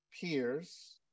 peers